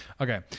Okay